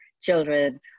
children